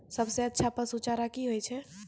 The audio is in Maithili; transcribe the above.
सबसे अच्छा पसु चारा की होय छै?